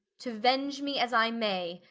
to venge me as i may,